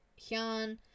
Hyun